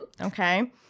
Okay